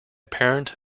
parent